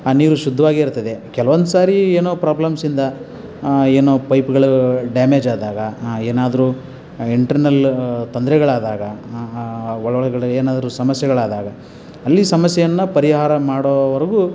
ಆ ನೀರು ಶುದ್ಧವಾಗೇ ಇರ್ತದೆ ಕೆಲವೊಂದು ಸಾರಿ ಏನೋ ಪ್ರಾಬ್ಲಮ್ಸಿಂದ ಏನೋ ಪೈಪ್ಗಳು ಡ್ಯಾಮೇಜಾದಾಗ ಏನಾದರು ಇಂಟ್ರನ್ನಲ್ಲು ತೊಂದರೆಗಳಾದಾಗ ಒಳ ಒಳಗಡೆ ಏನಾದರು ಸಮಸ್ಯೆಗಳಾದಾಗ ಅಲ್ಲಿ ಸಮಸ್ಯೆಯನ್ನು ಪರಿಹಾರ ಮಾಡೋವರೆಗೂ